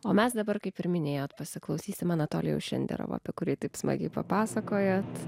o mes dabar kaip ir minėjote pasiklausysime anatolijaus šenderovo apie kurį taip smagiai papasakojote